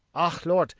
ah, lort,